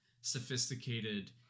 sophisticated